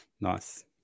Nice